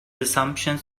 assumptions